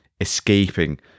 escaping